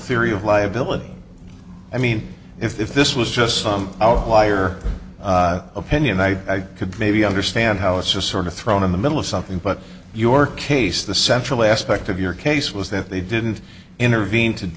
theory of liability i mean if this was just some outlier opinion i could maybe understand how it's just sort of thrown in the middle of something but your case the central aspect of your case was that they didn't intervene to